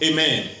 Amen